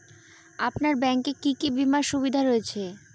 আপনার ব্যাংকে কি কি বিমার সুবিধা রয়েছে?